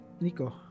Nico